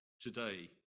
today